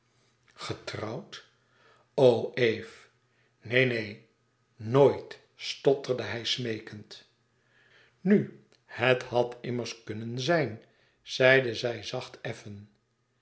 o eve neen neen nooit stotterde hij smeekend nu het had immers kunnen zijn zeide zij zacht effen